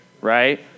right